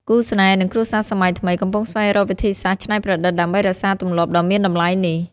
គូស្នេហ៍ និងគ្រួសារសម័យថ្មី កំពុងស្វែងរកវិធីសាស្រ្តច្នៃប្រឌិតដើម្បីរក្សាទម្លាប់ដ៏មានតម្លៃនេះ។